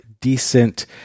decent